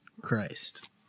Christ